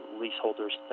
leaseholders